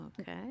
okay